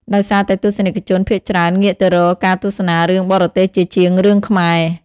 ដោយសារតែទស្សនិកជនភាគច្រើនងាកទៅរកការទស្សនារឿងបរទេសជាជាងរឿងខ្មែរ។